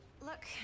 Look